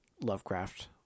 lovecraft